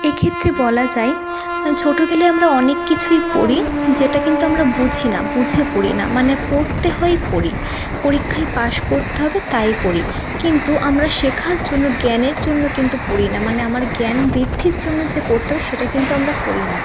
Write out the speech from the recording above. এক্ষেত্রে বলা যায় ছোটবেলায় আমরা অনেক কিছুই পড়ি যেটা কিন্তু আমরা বুঝি না বুঝে পড়ি না মানে পড়তে হয় পড়ি পরীক্ষায় পাশ করতে হবে তাই পড়ি কিন্তু আমরা শেখার জন্য জ্ঞানের জন্য কিন্তু পড়ি না মানে আমার জ্ঞান বৃদ্ধির জন্য যে পড়তে হয় সেটা কিন্তু আমরা পড়ি না